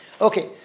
Okay